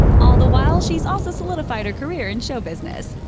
all the while, she's also solidified her career in show business.